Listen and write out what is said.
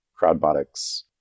Crowdbotics